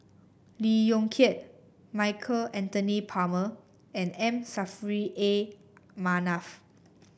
Lee Yong Kiat Michael Anthony Palmer and M Saffri A Manaf